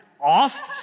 off